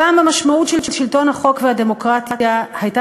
פעם המשמעות של שלטון החוק והדמוקרטיה הייתה